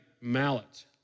mallet